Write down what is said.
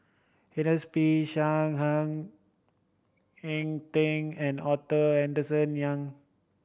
Ernest P Shank Ng Eng Teng and Arthur Henderson Young